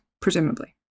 presumably